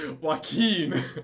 Joaquin